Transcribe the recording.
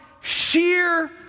sheer